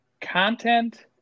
content